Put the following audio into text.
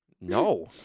No